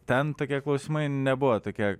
ten tokie klausimai nebuvo tokie